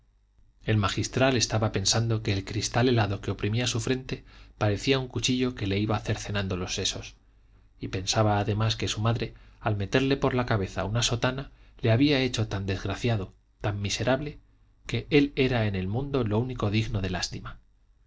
el magistral estaba pensando que el cristal helado que oprimía su frente parecía un cuchillo que le iba cercenando los sesos y pensaba además que su madre al meterle por la cabeza una sotana le había hecho tan desgraciado tan miserable que él era en el mundo lo único digno de lástima